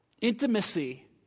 Intimacy